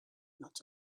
not